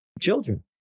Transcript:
children